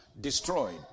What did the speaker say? destroyed